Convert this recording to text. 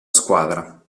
squadra